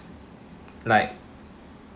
like